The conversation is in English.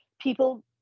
people